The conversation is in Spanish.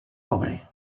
pobre